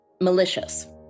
malicious